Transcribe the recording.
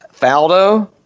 Faldo